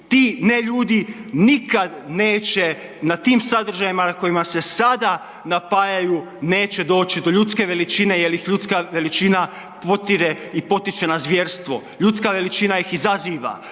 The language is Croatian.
Ti ne ljudi nikad neće na tim sadržajima na kojima se sada napajaju, neće doći do ljudske veličine jer ih ljudska veličina potire i potiče na zvjerstvo. Ljudska veličina ih izaziva.